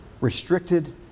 restricted